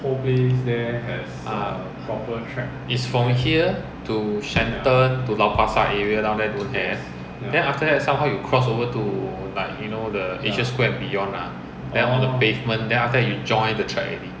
ah it's from here to shenton to lau pa sat area don't have then after that somehow you cross over to like you know the asia square and beyond ah then all that pavement then after that you join the track already